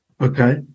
Okay